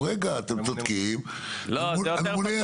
אמרו לנו,